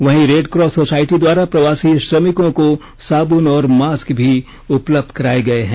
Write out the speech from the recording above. वहीं Red Cross society द्वारा प्रवासी श्रमिकों को साबुन और मास्क भी उपलब्ध कराए गए हैं